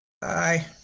Bye